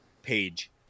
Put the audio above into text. page